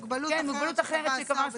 כן, "מוגבלות אחרת שקבע השר".